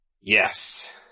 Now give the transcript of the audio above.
Yes